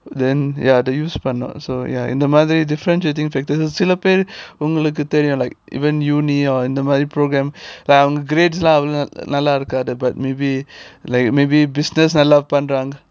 then ya the use பண்ணு:pannu also ya இந்த மாதிரி:intha maathiri differentiating factors சில பேரு உங்களுக்கு தெரியும்:sila peru ungalukku theriyum like even university or in the இந்த மாதிரி:intha maathiri program like on grades lah நல்ல இருக்காது:nalla irukkaathu but maybe like maybe business நல்லா பண்ணுவாங்க:nallaa pannuvaanga